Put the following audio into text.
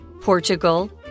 Portugal